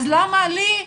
אז למה לי,